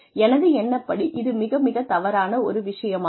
எனது எண்ணப்படி இது மிக மிகத் தவறான ஒரு விஷயமாகும்